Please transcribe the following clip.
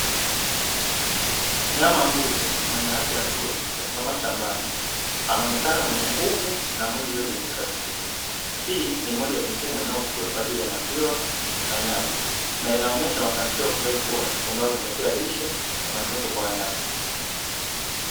Mnyama mbuzi mwenye afya nzuri amesimama shambani anaonekana mwenye nguvu na mwili ulio kengeja vizuri, hii ni moja ya mifugo inayofugwa kwa ajili ya maziwa na nyama inaonyesha mafanikio ya ufugaji bora na lishe kwa wanyama.